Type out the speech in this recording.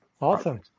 Awesome